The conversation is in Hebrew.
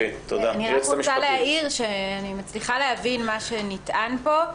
אני רק רוצה להעיר שאני מצליחה להבין את מה שנטען פה.